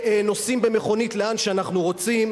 ונוסעים במכונית לאן שאנחנו רוצים.